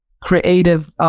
creative